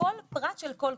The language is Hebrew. לכל פרט של כל כונן.